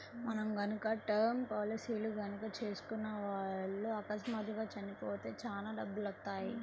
మనం గనక టర్మ్ పాలసీలు గనక చేసుకున్న వాళ్ళు అకస్మాత్తుగా చచ్చిపోతే చానా డబ్బులొత్తయ్యి